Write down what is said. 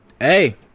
hey